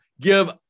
give